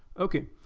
okay.